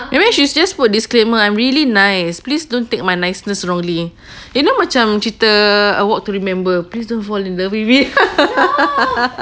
maybe should just put disclaimer I'm really nice please don't take my niceness wrongly you know macam cerita a walk to remember please don't fall in love with me